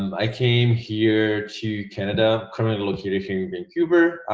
um i came here to canada, currently located here in vancouver.